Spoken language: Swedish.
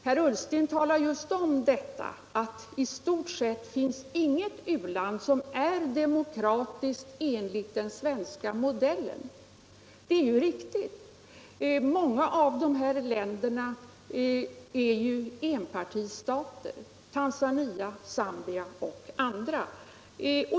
Herr Ullsten talar just om att det i stort sett inte finns något u-land som är demokratiskt enligt den svenska modellen. Det är ju riktigt. Många av dessa länder är enpartistater, Tanzania, Zambia och andra.